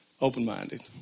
open-minded